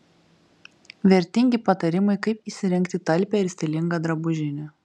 vertingi patarimai kaip įsirengti talpią ir stilingą drabužinę